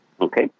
okay